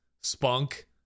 spunk